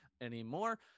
anymore